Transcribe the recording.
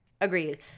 Agreed